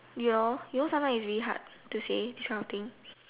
ya you know sometimes it's really hard to say this kind of thing